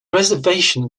reservation